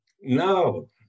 No